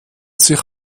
sich